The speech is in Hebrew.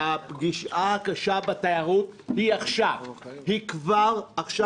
הפגיעה הקשה בתיירות היא כבר עכשיו,